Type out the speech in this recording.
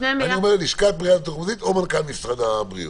אני אומר לשכת בריאות מחוזית או מנכ"ל משרד הבריאות.